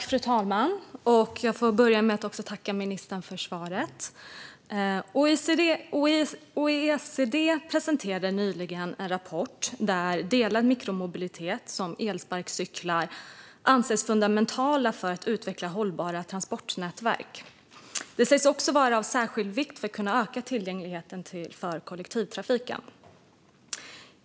Fru talman! Jag får börja med att tacka ministern för svaret. OECD presenterade nyligen en rapport där delad mikromobilitet, som elsparkcyklar, anses fundamental för att utveckla hållbara transportnätverk. Det sägs också vara av särskild vikt för att öka tillgängligheten till kollektivtrafiken.